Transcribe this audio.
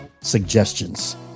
suggestions